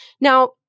Now